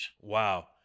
Wow